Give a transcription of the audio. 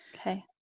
Okay